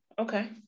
okay